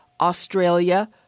Australia